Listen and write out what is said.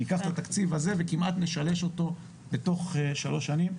ניקח את התקציב הזה וכמעט נשלש אותו בתוך חמש שנים.